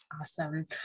awesome